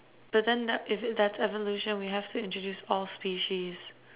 but then that if it that's evolution we have to introduce all species